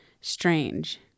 strange